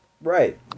Right